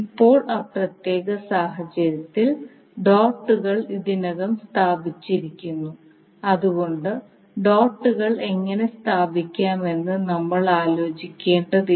ഇപ്പോൾ ഈ പ്രത്യേക സാഹചര്യത്തിൽ ഡോട്ടുകൾ ഇതിനകം സ്ഥാപിച്ചിരിക്കുന്നു അതുകൊണ്ട് ഡോട്ടുകൾ എങ്ങനെ സ്ഥാപിക്കാമെന്ന് നമ്മൾ ആലോചിക്കേണ്ടതില്ല